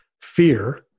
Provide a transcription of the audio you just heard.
fear